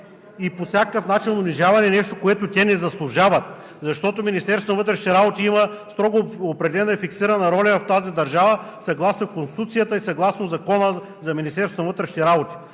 и по всякакъв начин унижавани. Нещо, което те не заслужават, защото Министерството на вътрешните работи има строго определена и фиксирана роля в тази държава съгласно Конституцията и съгласно Закона за Министерството на вътрешните работи.